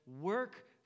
work